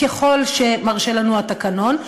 ככל שמרשה לנו התקנון,